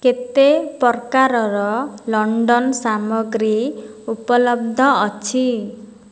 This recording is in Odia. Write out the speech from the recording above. କେତେ ପ୍ରକାରର ଲଣ୍ଡନ ସାମଗ୍ରୀ ଉପଲବ୍ଧ ଅଛି